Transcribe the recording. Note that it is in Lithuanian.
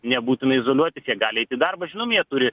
nebūtina izoliuotis jie gali eit į darbą žinoma jie turi